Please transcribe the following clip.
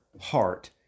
heart